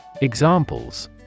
Examples